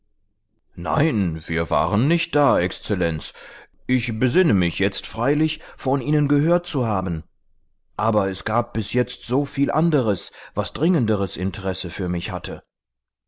nein wir waren nicht da exzellenz ich besinne mich jetzt freilich von ihnen gehört zu haben aber es gab bis jetzt so viel anderes was dringenderes interesse für mich hatte